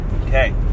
Okay